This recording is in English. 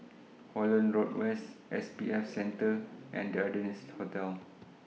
Holland Road West S B F Center and The Ardennes Hotel